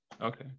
Okay